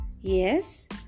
Yes